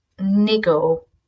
niggle